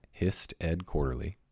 HistEdQuarterly